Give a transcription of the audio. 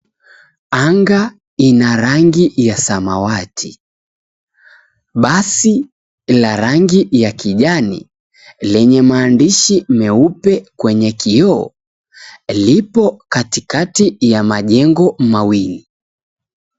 Anga ina rangi ya samawati, basi la rangi ya kijani lenye maandishi meupe kwenye kioo lipo katikati ya majengo mawili.